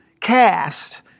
cast